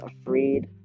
afraid